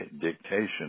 dictation